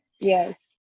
Yes